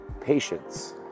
patience